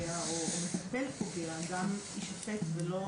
אתם רוצים שההורה הפוגע או מטפל פוגע גם יישפט ולא